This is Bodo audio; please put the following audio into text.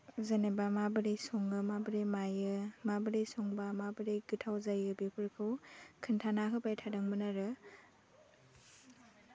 जेनेबा माबोरै सङो माबोरै मायो माबोरै संबा माबोरै गोथाव जायो बेफोरखौ खोन्थाना होबाय थादोंमोन आरो